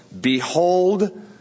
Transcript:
Behold